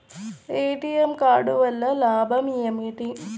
ATM card వల్ల లాభం ఏమిటి?